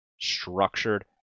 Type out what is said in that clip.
structured